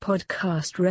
Podcast